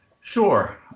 Sure